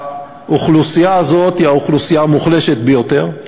האוכלוסייה הזאת היא האוכלוסייה המוחלשת ביותר,